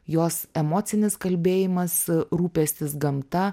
jos emocinis kalbėjimas rūpestis gamta